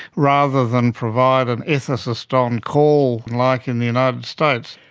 rather than provide an ethicist on call like in the united states.